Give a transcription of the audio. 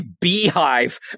beehive